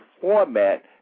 format